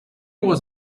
was